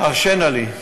הרשה נא לי.